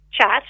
chat